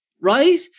Right